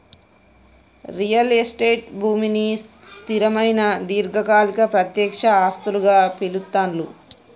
real estate భూమిని స్థిరమైన దీర్ఘకాలిక ప్రత్యక్ష ఆస్తులుగా పిలుత్తాండ్లు